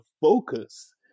focus